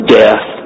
death